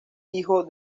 hijo